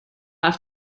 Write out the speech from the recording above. have